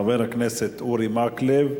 חבר הכנסת אורי מקלב,